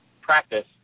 practice